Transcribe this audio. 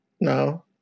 No